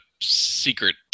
secret